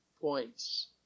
points